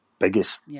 biggest